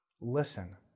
listen